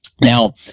Now